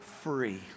free